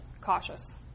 cautious